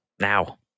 now